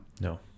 No